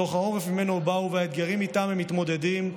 מתוך העורף שממנו באו והאתגרים שאיתם הם מתמודדים.